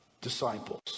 disciples